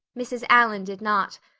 mrs. allan did not.